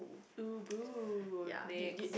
ubu next